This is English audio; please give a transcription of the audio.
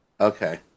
Okay